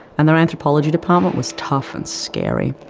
and their anthropology department was tough and scary.